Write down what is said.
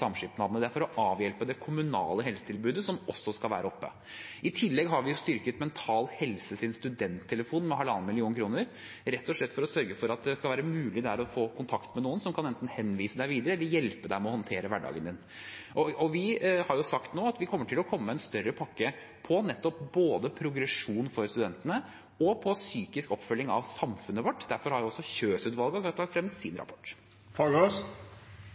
samskipnadene for å avhjelpe det kommunale helsetilbudet, som også skal være oppe. I tillegg har vi styrket Mental Helses studenttelefon med 1,5 mill. kr, rett og slett for å sørge for at det skal være mulig å få kontakt med noen som kan henvise deg videre, hjelpe deg med å forbedre hverdagen din. Vi har også sagt at vi kommer til å komme med en større pakke både for progresjon for studentene og for psykisk oppfølging av samfunnet vårt. Derfor har også Kjøs-utvalget nettopp lagt frem sin